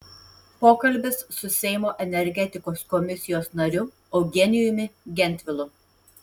pokalbis su seimo energetikos komisijos nariu eugenijumi gentvilu